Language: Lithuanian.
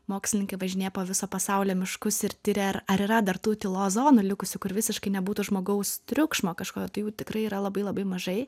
mokslininkai važinėja po visą pasaulį miškus ir tiria ar ar yra tų tylos zonų likusių kur visiškai nebūtų žmogaus triukšmo kažkokio tai jų tikrai yra labai labai mažai